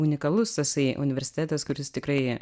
unikalus tasai universitetas kuris tikrai